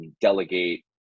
delegate